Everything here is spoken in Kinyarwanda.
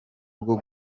bwo